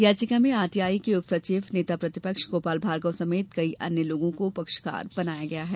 याचिका में आरटीआई के उप सचिव नेता प्रतिपक्ष गोपाल भार्गव समेत कई अन्य लोगों को पक्षकार बनाया गया है